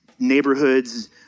neighborhoods